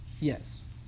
Yes